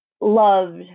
loved